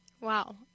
wow